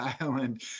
Island